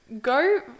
go